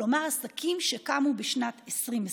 כלומר עסקים שקמו בשנת 2020,